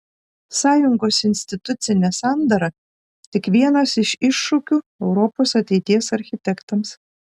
sąjungos institucinė sandara tik vienas iš iššūkių europos ateities architektams